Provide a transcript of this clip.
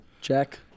Check